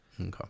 Okay